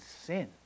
sin